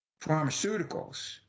Pharmaceuticals